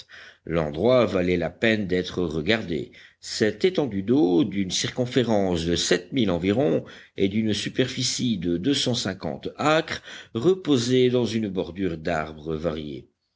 l'endroit valait la peine d'être regardé cette étendue d'eau d'une circonférence de sept milles environ et d'une superficie de deux cent cinquante acres reposait dans une bordure d'arbres variés